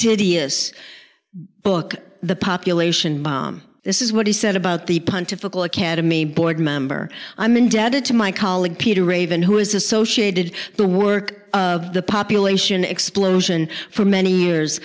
this book the population bomb this is what he said about the pontifical academy board member i'm indebted to my colleague peter raven who is associated the work of the population explosion for many years